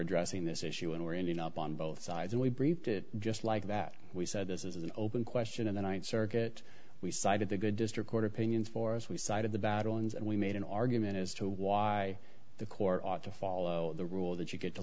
addressing this issue and we're ending up on both sides and we briefed it just like that we said this is an open question in the th circuit we cited the good district court opinion for as we cited the battle and we made an argument as to why the court ought to follow the rule that you get to